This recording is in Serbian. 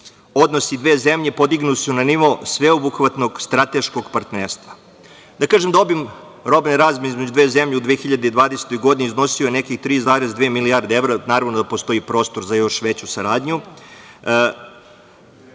odnosi dve zemlje podigli su na nivo sveobuhvatnog strateškog partnerstva. Da kažem da obim robne razmene između dve zemlje u 2020. godini iznosio je nekih 3,2 milijarde evra, naravno da postoji prostor za još veću saradnju.